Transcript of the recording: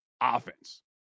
offense